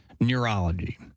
neurology